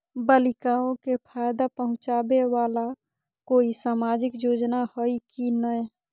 बालिकाओं के फ़ायदा पहुँचाबे वाला कोई सामाजिक योजना हइ की नय?